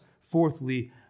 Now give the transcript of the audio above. fourthly